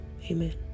Amen